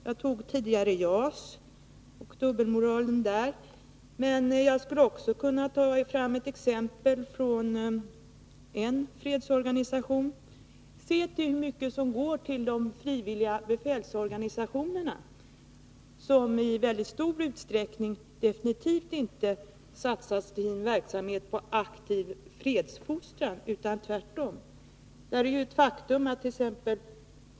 Jag tog tidigare upp JAS och dubbelmoralen i det sammanhanget. Men jag skulle också kunna ta fram ett exempel från en fredsorganisation. Vet ni hur mycket pengar som går till de frivilliga befälsorganisationerna, som i väldigt stor utsträckning definitivt inte satsar sin verksamhet på aktiv fredsfostran utan tvärtom? Det är ett faktum attt.ex.